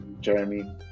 Jeremy